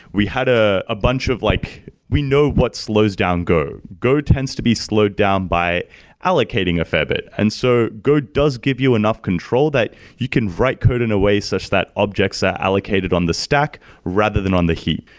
we had ah a bunch of like we know what slows down go. go tends to be slowed down by allocating a fair bit. and so go does give you enough control that you can write code in a way such that objects are allocated on the stack rather than on the heap.